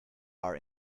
are